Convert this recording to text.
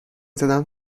زدم